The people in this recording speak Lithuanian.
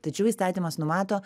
tačiau įstatymas numato